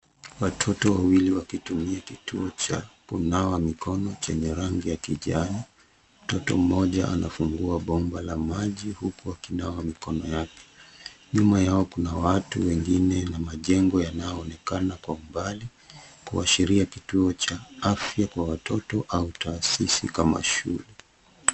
Watoto wawili wakitumia kituo cha kunawa mikono, chenye rangi ya kijani. Mtoto mmoja anafungua bomba la maji, huku akinawa mikono yake. Nyuma yao kuna watu wengine na majengo yanayoonekana kwa umbali, kuashiria kituo cha afya kwa watoto au taasisi kama shule.